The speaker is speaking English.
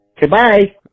Goodbye